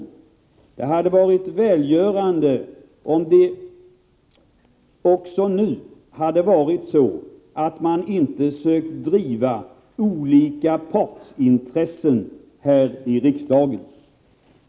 Det hade varit välgörande om det också nu hade varit så, att man inte sökt driva olika partsintressen här i riksdagen.